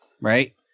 right